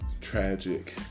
Tragic